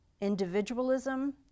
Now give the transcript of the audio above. individualism